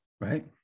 right